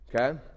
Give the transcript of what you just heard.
Okay